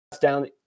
down